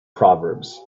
proverbs